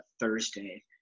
Thursday